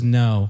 no